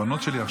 הבנות שלי,